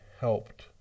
helped